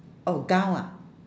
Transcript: oh gown ah